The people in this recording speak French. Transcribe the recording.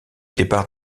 départ